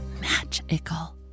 magical